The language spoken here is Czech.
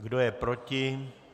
Kdo je proti?